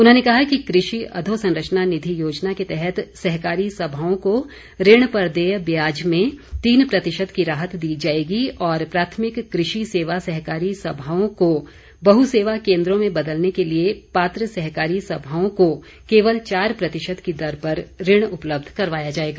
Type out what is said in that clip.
उन्होंने कहा कि कृषि अधोसंरचना निधि योजना के तहत सहकारी सभाओं को ऋण पर देय ब्याज में तीन प्रतिशत की राहत दी जाएगी और प्राथमिक कृषि सेवा सहकारी सभाओं को बहसेवा केंद्रों में बदलने के लिए पात्र सहकारी सभाओं को केवल चार प्रतिशत की दर पर ऋण उपलब्ध करवाया जाएगा